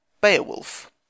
Beowulf